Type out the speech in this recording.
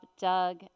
Doug